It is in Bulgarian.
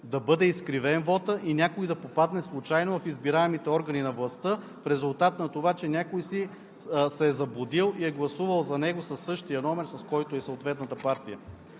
да бъде изкривен вотът и някой да попадне случайно в избираемите органи на властта, в резултат на това, че някой се е заблудил и е гласувал за него със същия номер, с който е съответната партия.